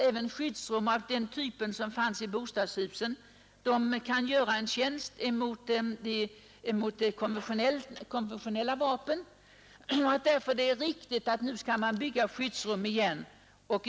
Även skyddsrum i bostadshusen anses kunna göra tjänst mot anfall med konventionella vapen. Beslutet blir att bygga skyddsrum igen.